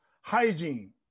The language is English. Hygiene